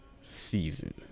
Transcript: season